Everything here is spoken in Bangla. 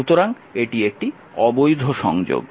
সুতরাং এটি একটি অবৈধ সংযোগ